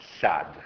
sad